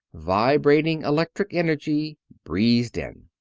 vibrating electric energy, breezed in.